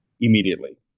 immediately